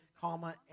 comma